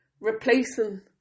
replacing